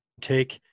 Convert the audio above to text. take